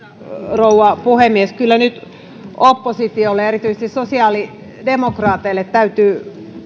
rouva puhemies kyllä nyt oppositiolle erityisesti sosiaalidemokraateille täytyy